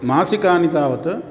मासिकानि तावत्